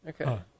Okay